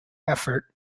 effort